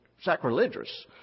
sacrilegious